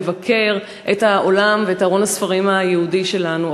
לבקר את העולם ואת ארון הספרים היהודי שלנו.